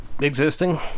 existing